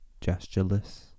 gestureless